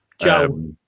Joe